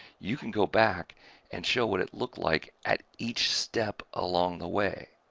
you can go back and show what it looked like at each step along the way.